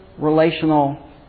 Relational